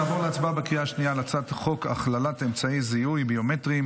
נעבור להצבעה בקריאה השנייה על הצעת חוק הכללת אמצעי זיהוי ביומטריים